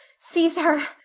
sees her,